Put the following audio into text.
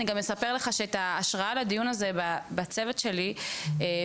אני גם אספר לך שאת ההשראה לדיון הזה בצוות שלי ואני,